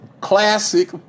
Classic